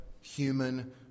human